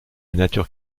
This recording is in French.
nature